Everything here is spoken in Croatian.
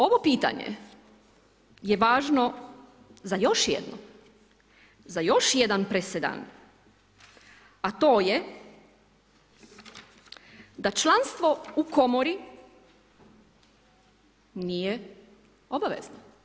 Ovo pitanje je važno za još jedno, za još jedan presedan a to je da članstvo u komori nije obavezno.